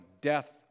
death